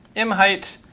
im height,